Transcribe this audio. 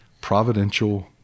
Providential